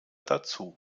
dazu